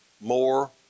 more